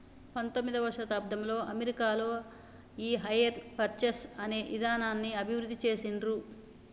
పంతొమ్మిదవ శతాబ్దంలో అమెరికాలో ఈ హైర్ పర్చేస్ అనే ఇదానాన్ని అభివృద్ధి చేసిండ్రు